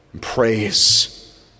praise